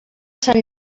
sant